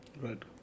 Right